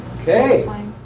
Okay